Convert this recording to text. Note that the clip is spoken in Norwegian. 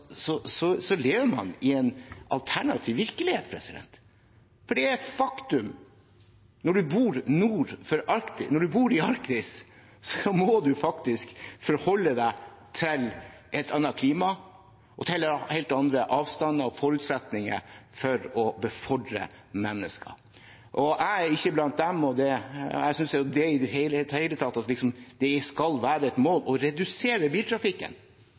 lever man i en alternativ virkelighet. For det et faktum at når du bor i Arktis, må du faktisk forholde deg til et annet klima og til helt andre avstander og forutsetninger for å befordre mennesker. Jeg er ikke blant dem som mener at det i det hele tatt skal være et mål å redusere biltrafikken.